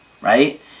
right